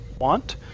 want